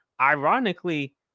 ironically